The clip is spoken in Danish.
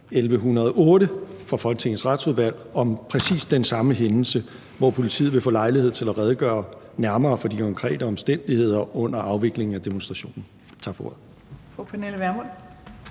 1108 – fra Folketingets Retsudvalg om præcis den samme hændelse, hvor politiet vil få lejlighed til at redegøre nærmere for de konkrete omstændigheder under afviklingen af demonstrationen.